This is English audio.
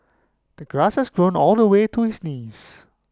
the grass has grown all the way to his knees